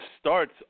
start's